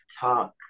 talk